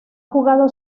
jugado